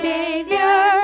Savior